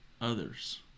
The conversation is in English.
others